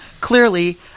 clearly –